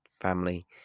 family